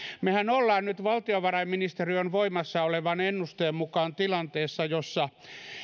mehän olemme nyt valtiovarainministeriön voimassa olevan ennusteen mukaan tilanteessa jossa